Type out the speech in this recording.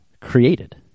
created